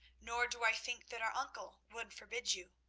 nor do i think that our uncle would forbid you,